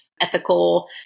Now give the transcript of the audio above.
ethical